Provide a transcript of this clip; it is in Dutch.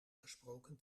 gesproken